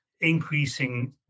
increasing